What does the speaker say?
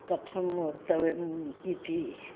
कथं वक्तव्यम् इति